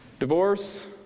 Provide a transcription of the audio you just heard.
Divorce